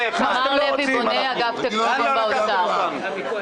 201. -- אני גם אנטישמי, גם עמלק.